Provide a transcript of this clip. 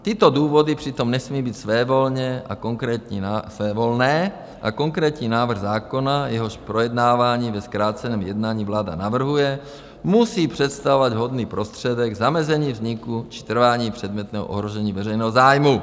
Tyto důvody přitom nesmí být svévolné a konkrétní návrh zákona, jehož projednávání ve zkráceném jednání vláda navrhuje, musí představovat vhodný prostředek zamezení vzniku či trvání předmětného ohrožení veřejného zájmu.